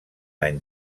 any